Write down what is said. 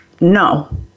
No